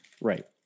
right